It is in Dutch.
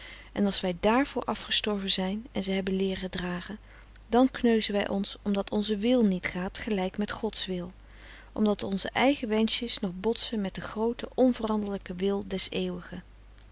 en als wij dààrvoor afgestorven zijn en ze hebben leeren dragen dan kneuzen wij ons omdat onze wil niet gaat gelijk met gods wil omdat onze eigen wenschjes nog botsen met den grooten onveranderlijken wil des eeuwigen